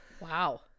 Wow